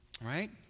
Right